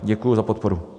Děkuji za podporu.